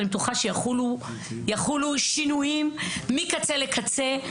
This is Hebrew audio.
אני בטוחה שיחולו שינויים מקצה לקצה.